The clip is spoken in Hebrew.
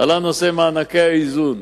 מענקי האיזון.